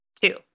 Two